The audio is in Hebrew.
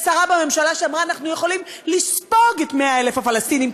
יש שרה בממשלה שאמרה: אנחנו יכולים לספוג את 100,000 הפלסטינים,